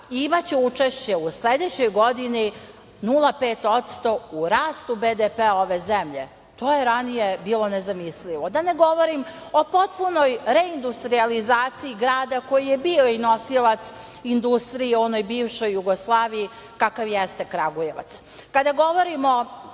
imaće učešće u sledećoj godini 0,5% u rastu BDP-a ove zemlje. To je ranije bilo nezamislivo. Da ne govorim o potpunoj reindustrijalizaciji grada koji je bio i nosilac industrije u onoj bivšoj Jugoslaviji, kakav jeste Kragujevac. Kada